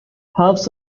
health